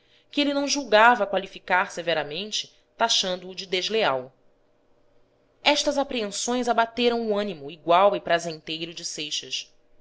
que ele não julgava qualificar severamente tachando o de desleal estas apreensões abateram o ânimo igual e prazenteiro de seixas